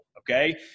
Okay